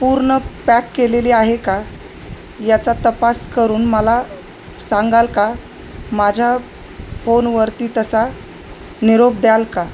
पूर्ण पॅक केलेली आहे का याचा तपास करून मला सांगाल का माझ्या फोनवरती तसा निरोप द्याल का